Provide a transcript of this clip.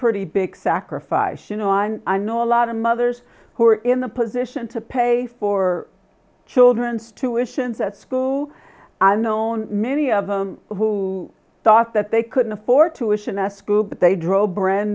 pretty big sacrifice you know and i know a lot of mothers who are in the position to pay for children's tuitions at school unknown many of them who thought that they couldn't afford to ition s group they drove a brand